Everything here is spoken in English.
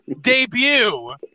debut